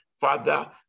Father